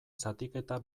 zatiketa